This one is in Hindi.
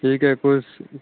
ठीक है कुछ